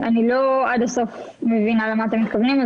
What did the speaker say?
אני לא מבינה עד הסוף למה אתם מתכונים.